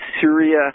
Syria